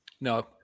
No